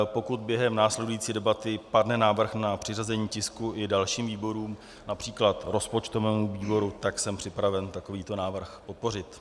Pokud během následující debaty padne návrh na přiřazení tisku i dalším výborům, např. rozpočtovému výboru, tak jsem připraven takovýto návrh podpořit.